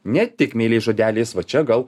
ne tik meiliais žodeliais va čia gal